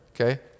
okay